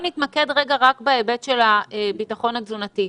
נתמקד רגע רק בהיבט של הביטחון התזונתי.